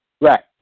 Right